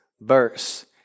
verse